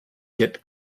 get